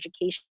education